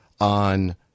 on